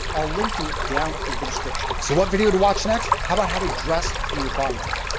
i'll link to it down in the description. so, what video to watch next? how about how to dress for your body type?